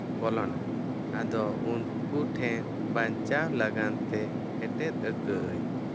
ᱵᱚᱞᱚᱱᱟ ᱟᱫᱚ ᱩᱱᱠᱩ ᱴᱷᱮᱱ ᱵᱟᱧᱪᱟᱣ ᱞᱟᱜᱟᱱ ᱛᱮ ᱮᱴᱮᱫ ᱟᱹᱠᱟᱹᱜᱼᱟᱹᱧ